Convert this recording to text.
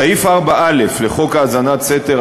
סעיף 4א לחוק האזנת סתר,